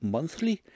Monthly